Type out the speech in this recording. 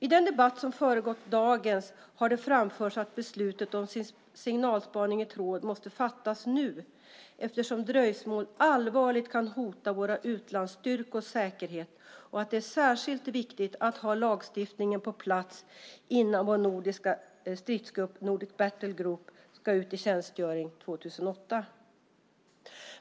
I den debatt som föregått dagens debatt har det framförts att beslutet om signalspaning i tråd måste fattas nu, eftersom dröjsmål allvarligt kan hota våra utlandsstyrkors säkerhet, och att det är särskilt viktigt att ha lagstiftningen på plats innan vår nordiska stridsgrupp, Nordic Battle Group, ska ut i tjänstgöring 2008.